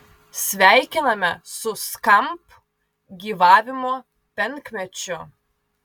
sveikiname su skamp gyvavimo penkmečiu